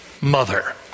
mother